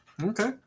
Okay